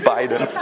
Biden